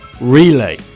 Relay